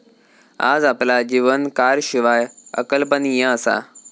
आज आपला जीवन कारशिवाय अकल्पनीय असा